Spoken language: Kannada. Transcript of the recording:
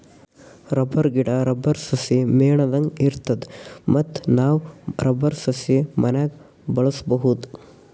ರಬ್ಬರ್ ಗಿಡಾ, ರಬ್ಬರ್ ಸಸಿ ಮೇಣದಂಗ್ ಇರ್ತದ ಮತ್ತ್ ನಾವ್ ರಬ್ಬರ್ ಸಸಿ ಮನ್ಯಾಗ್ ಬೆಳ್ಸಬಹುದ್